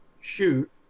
shoot